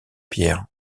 pierres